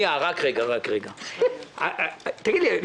גיא גולדמן,